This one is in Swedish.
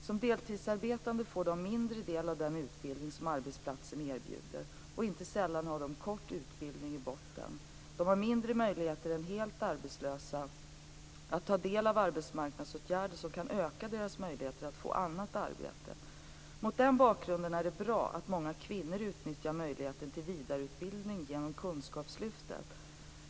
Som deltidsarbetande får de mindre del av den utbildning som arbetsplatsen erbjuder. Inte sällan har de kort utbildning i botten. De har mindre möjligheter än helt arbetslösa att ta del av arbetsmarknadsåtgärder som kan öka deras möjligheter att få annat arbete. Mot den bakgrunden är det bra att många kvinnor utnyttjar möjligheten till vidareutbildning genom kunskapslyftet.